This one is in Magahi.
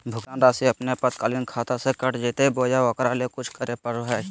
भुक्तान रासि अपने आपातकालीन खाता से कट जैतैय बोया ओकरा ले कुछ करे परो है?